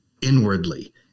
inwardly